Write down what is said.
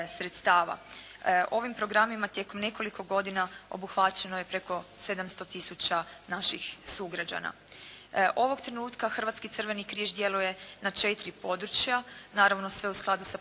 sredstava. Ovim programima tijekom nekoliko godina obuhvaćeno je preko 700 tisuća naših sugrađana. Ovog trenutka Hrvatski crveni križ djeluje na četiri područja, naravno sve u skladu sa